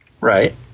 Right